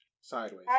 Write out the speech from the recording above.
sideways